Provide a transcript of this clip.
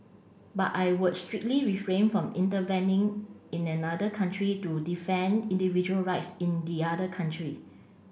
but I would strictly refrain from intervening in another country to defend individual rights in the other country